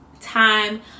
time